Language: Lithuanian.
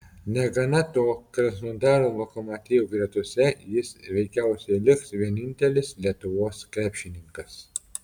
negana to krasnodaro lokomotiv gretose jis veikiausiai liks vienintelis lietuvos krepšininkas